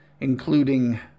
Including